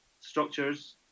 structures